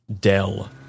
Dell